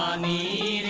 um me